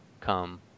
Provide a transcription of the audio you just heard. come